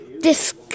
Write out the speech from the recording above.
disc